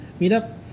meetup